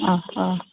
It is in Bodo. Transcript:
अ अ